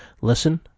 Listen